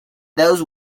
those